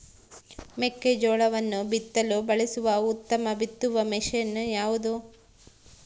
ಮೆಕ್ಕೆಜೋಳವನ್ನು ಬಿತ್ತಲು ಬಳಸುವ ಉತ್ತಮ ಬಿತ್ತುವ ಮಷೇನ್ ಯಾವುದು?